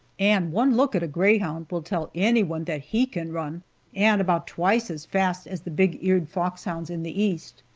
and one look at a greyhound will tell anyone that he can run and about twice as fast as the big-eared foxhounds in the east.